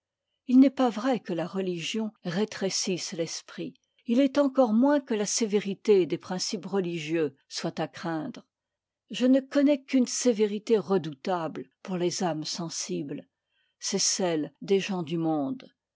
il n'est pas vrai que la religion rétrécisse l'esprit il l'est encore moins que la sévérité des principes religieux soit à craindre je ne connais qu'une sévérité redoutable pour les âmes sensibles c'est celle des gens du monde